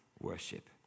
worship